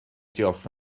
diolch